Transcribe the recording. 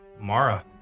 Mara